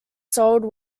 sold